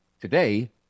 today